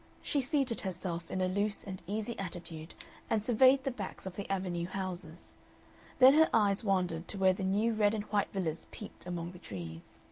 she seated herself in a loose and easy attitude and surveyed the backs of the avenue houses then her eyes wandered to where the new red-and-white villas peeped among the trees.